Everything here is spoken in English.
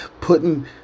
putting